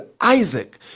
Isaac